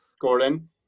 Gordon